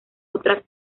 otras